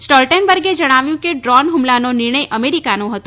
સ્ટોલ્ટેન બર્ગે જણાવ્યું કે ડ્રોન હુમલાનો નિર્ણય અમેરિકાનો હતો